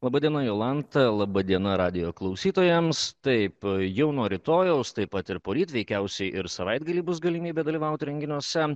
laba diena jolanta laba diena radijo klausytojams taip jau nuo rytojaus taip pat ir poryt veikiausiai ir savaitgalį bus galimybė dalyvauti renginiuose